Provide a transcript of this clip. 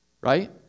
right